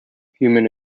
human